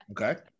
okay